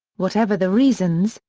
whatever the reasons,